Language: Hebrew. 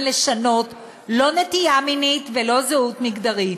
לשנות לא נטייה מינית ולא זהות מגדרית.